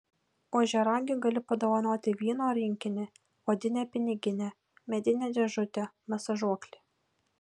ožiaragiui gali padovanoti vyno rinkinį odinę piniginę medinę dėžutę masažuoklį